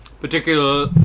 particular